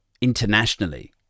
internationally